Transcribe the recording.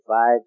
five